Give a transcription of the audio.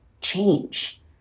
change